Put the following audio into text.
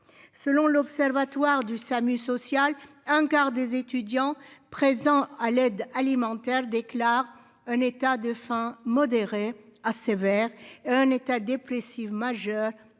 selon l'Observatoire du SAMU social, un quart des étudiants présents à l'aide alimentaire, déclare un état de enfin modérée à sévère. Un état dépressif majeur pour